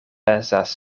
pezas